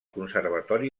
conservatori